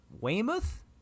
Weymouth